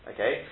Okay